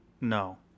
No